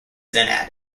then